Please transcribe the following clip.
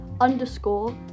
underscore